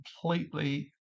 completely